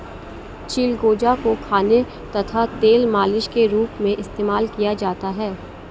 चिलगोजा को खाने तथा तेल मालिश के रूप में इस्तेमाल किया जाता है